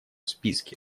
списке